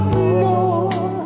more